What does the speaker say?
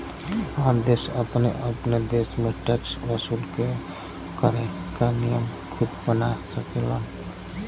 हर देश अपने अपने देश में टैक्स वसूल करे क नियम खुद बना सकेलन